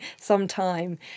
sometime